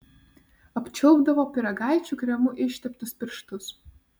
apčiulpdavo pyragaičių kremu išteptus pirštus